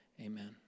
Amen